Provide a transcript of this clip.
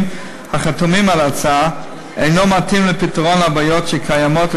החתומים על ההצעה אינו מתאים לפתרון הבעיות שקיימות,